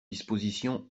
disposition